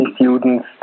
students